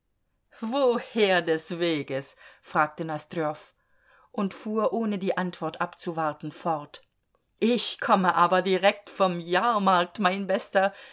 woher des weges fragte nosdrjow und fuhr ohne die antwort abzuwarten fort ich komme aber direkt vom jahrmarkt mein bester